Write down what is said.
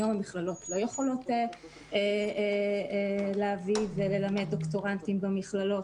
היום המכללות לא יכולות להביא וללמד דוקטורנטים במכללות.